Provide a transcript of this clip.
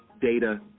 data